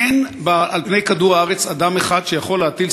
אין על פני כדור-הארץ אדם אחד שיכול להטיל